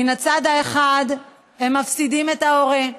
מן הצד האחד הם מפסידים את ההורה,